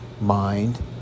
mind